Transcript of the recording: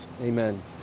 Amen